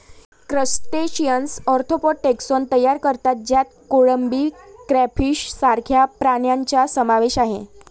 crustaceans arthropod taxon तयार करतात ज्यात कोळंबी, क्रेफिश सारख्या प्राण्यांचा समावेश आहे